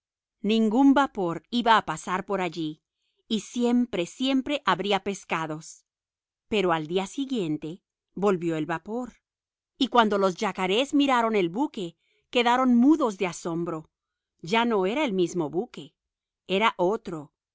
ningún vapor iba a pasar por allí y siempre siempre habría peces pero al día siguiente volvió el vapor y cuando los yacarés miraron el buque quedaron mudos de asombro ya no era el mismo buque era otro